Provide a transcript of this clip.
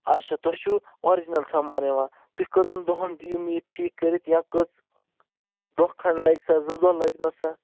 اچھا تۄہہِ چھُو آرجِنَل سامان یِوان تُہی کٔژَن دۄہَن دِیو مےٚ یہِ ٹھیٖک کٔرِتھ یا کٔژھ دۄہ کھَنٛڈ لگہِ سا زٕ دۄہ لگہِ نَسا